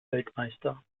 weltmeister